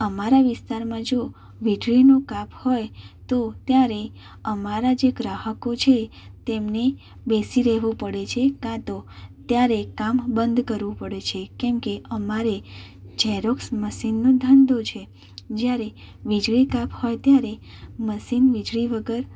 અમારા વિસ્તારમાં જો વીજળીનો કાપ હોય તો ત્યારે અમારા જે ગ્રાહકો છે તેમણે બેસી રહેવું પડે છે કાં તો ત્યારે કામ બંધ કરવું પડે છે કેમ કે અમારે ઝેરોક્સ મશીનનો ધંધો છે જ્યારે વીજળી કાપ હોય ત્યારે મશીન વીજળી વગર